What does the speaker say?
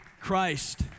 Christ